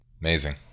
Amazing